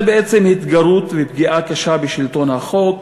זה בעצם התגרות ופגיעה קשה בשלטון החוק,